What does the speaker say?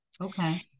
Okay